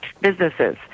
businesses